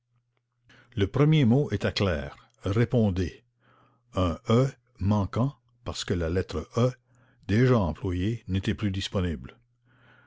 le premier mot était clair répondez un e manquant parce que la lettre e déjà employée n'était plus disponible